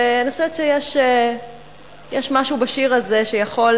ואני חושבת שיש משהו בשיר הזה שיכול